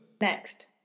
Next